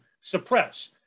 suppress